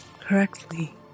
correctly